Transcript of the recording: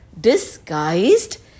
disguised